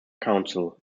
council